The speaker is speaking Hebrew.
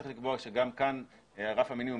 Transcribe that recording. צריך לקבוע שגם כאן רף המינימום,